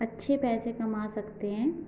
अच्छे पैसे कमा सकते हैं